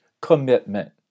commitment